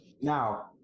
now